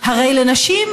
הרי לנשים,